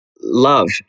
love